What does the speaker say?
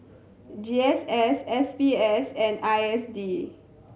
G S S S B S and I S D